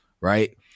right